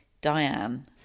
Diane